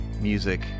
music